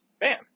Bam